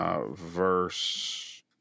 verse